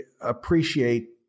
appreciate